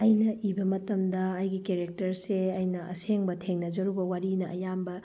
ꯑꯩꯅ ꯏꯕ ꯃꯇꯝꯗ ꯑꯩꯒꯤ ꯀꯦꯔꯦꯛꯇꯔꯁꯦ ꯑꯩꯅ ꯑꯁꯦꯡꯕ ꯊꯦꯡꯅꯖꯔꯨꯕ ꯋꯥꯔꯤꯅ ꯑꯌꯥꯝꯕ